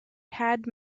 had